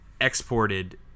exported